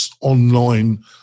online